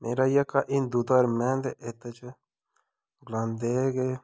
मेरा जेह्का हिंदु धर्म ऐ ते एह्दे च गलांदे कि